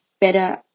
better